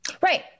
Right